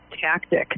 tactic